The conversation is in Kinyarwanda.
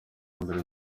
mbere